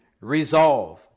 resolve